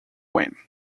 when